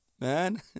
man